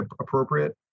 appropriate